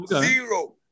Zero